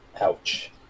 ouch